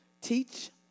teach